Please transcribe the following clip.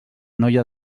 noia